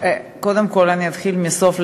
אני אתחיל מהסוף,